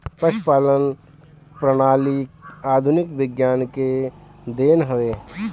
पशुपालन प्रणाली आधुनिक विज्ञान के देन हवे